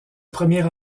premier